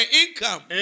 income